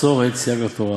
מסורת סייג לתורה,